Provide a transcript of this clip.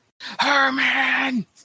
Herman